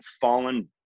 fallen